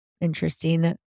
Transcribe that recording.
Interesting